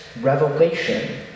Revelation